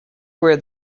where